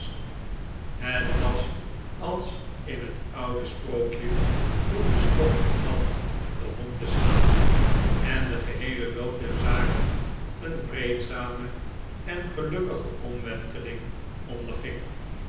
het was als in het oude sprookje toen de stok vergat den hond te slaan en de geheele loop der zaken een vreedzame en gelukkige omwenteling onderging